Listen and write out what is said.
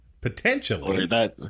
Potentially